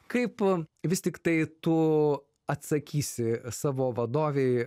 kaip vis tiktai tu atsakysi savo vadovei